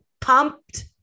pumped